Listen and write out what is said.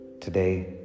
Today